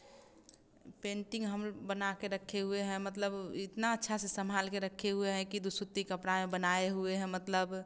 painting हम बना के रखे हुए हैं मतलब इतना अच्छा से संभाल कर रखे हुए हैं की दू सुत्ती बनाएँ हुए हैं मतलब